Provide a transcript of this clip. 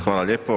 Hvala lijepo.